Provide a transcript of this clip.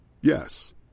Yes